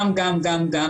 וגם לעברית וכו'.